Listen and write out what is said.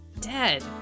Dead